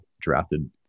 drafted